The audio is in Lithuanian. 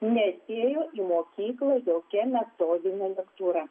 neatėjo į mokyklą jokia metodinė lektūra